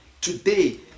today